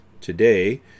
Today